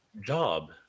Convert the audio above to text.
job